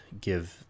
give